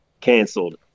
canceled